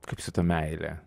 kaip su ta meile